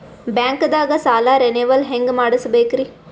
ಬ್ಯಾಂಕ್ದಾಗ ಸಾಲ ರೇನೆವಲ್ ಹೆಂಗ್ ಮಾಡ್ಸಬೇಕರಿ?